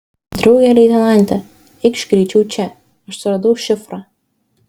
drauge leitenante eikš greičiau čia aš suradau šifrą